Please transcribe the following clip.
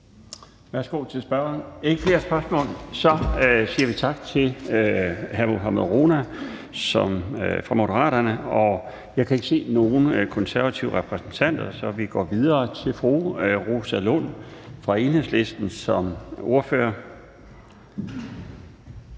Værsgo til spørgeren. Nej, der er ikke flere spørgsmål. Så siger vi tak til hr. Mohammad Rona for Moderaterne. Jeg kan ikke se nogen konservative repræsentanter, så vi går videre til få Rosa Lund fra Enhedslisten som ordfører.